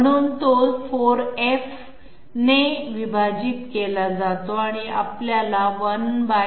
म्हणून तो 4f ने विभाजित केला जातो आणि आपल्याला 1200 0